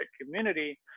community